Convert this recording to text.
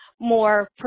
More